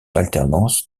alternance